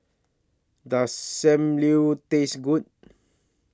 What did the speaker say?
Does SAM Liu Taste Good